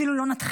אפילו לא נתחיל.